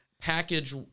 package